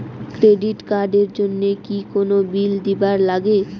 Credit card এর জন্যে কি কোনো বিল দিবার লাগে?